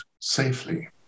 safely